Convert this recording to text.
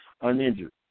Uninjured